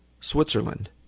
Switzerland